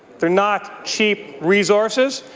they're not cheap resources.